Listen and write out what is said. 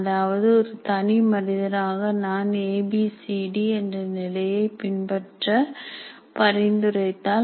அதாவது ஒரு தனிமனிதராக நான் ஏ பி சி டி என்ற நிலைகளை பின்பற்ற பரிந்துரைத்தால்